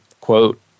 quote